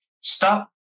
stop